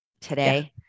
today